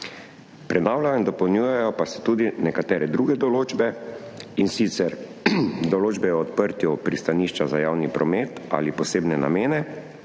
Prenavljajo in dopolnjujejo pa se tudi nekatere druge določbe, in sicer določbe o odprtju pristanišča za javni promet ali posebne namene